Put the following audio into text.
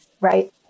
Right